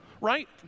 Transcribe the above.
Right